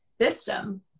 system